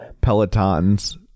Peloton's